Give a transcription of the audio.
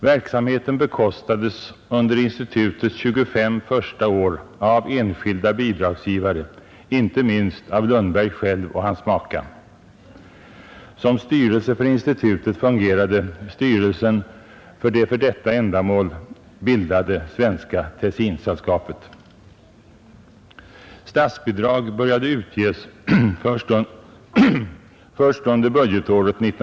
Verksamheten bekostades under institutets 25 första år av enskilda bidragsgivare, inte minst av Lundberg själv och hans maka. Statsbidrag började utges först under budgetåret 1957/58.